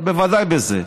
אבל בוודאי בזה.